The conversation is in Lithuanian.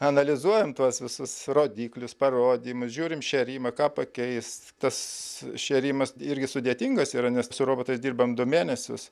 analizuojam tuos visus rodiklius parodymus žiūrim šėrimą ką pakeist tas šėrimas irgi sudėtingas yra nes su robotais dirbam du mėnesius